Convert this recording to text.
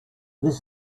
this